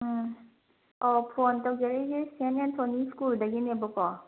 ꯎꯝ ꯑꯣ ꯐꯣꯟ ꯇꯧꯖꯔꯛꯂꯤꯁꯦ ꯁꯦꯟ ꯑꯦꯟꯊꯣꯅꯤ ꯁ꯭ꯀꯨꯜꯗꯒꯤꯅꯦꯕꯀꯣ